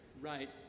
right